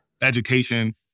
education